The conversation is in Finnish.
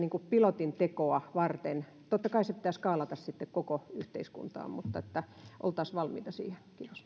pilotin tekoa varten sitä totta kai se pitäisi skaalata sitten koko yhteiskuntaan mutta että oltaisiin valmiita siihen